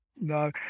No